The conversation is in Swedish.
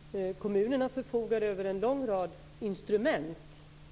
Fru talman! Det är ju precis tvärtom. Kommunerna förfogar över en lång rad instrument